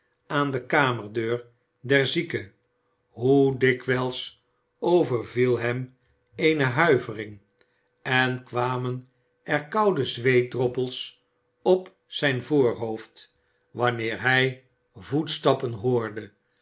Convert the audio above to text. aan de kamerdeur der zieke hoe dikwijls overviel hem eene huivering en kwamen er koude zweetdruppels op zijn voorhoofd wanneer hij voetstappen hoorde